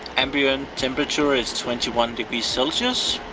ambient temperature is twenty one degrees celsius.